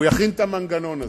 הוא יכין את המנגנון הזה.